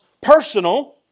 personal